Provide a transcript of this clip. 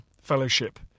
fellowship